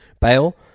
bail